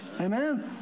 Amen